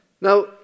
Now